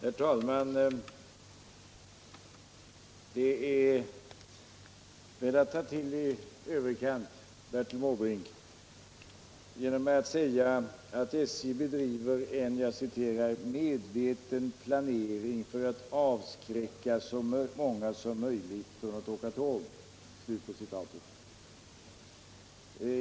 Herr talman! Det är väl att ta till i överkant, Bertil Måbrink, att säga att SJ bedriver en ”medveten planering för att avskräcka så många som möjligt från att åka tåg”.